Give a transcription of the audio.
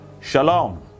Shalom